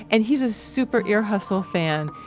and he's a super ear hustle fan,